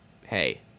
hey